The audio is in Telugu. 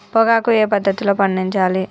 పొగాకు ఏ పద్ధతిలో పండించాలి?